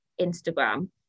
instagram